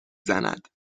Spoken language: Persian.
زند